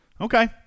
Okay